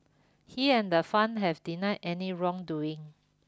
he and the fund have denied any wrongdoing